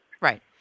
Right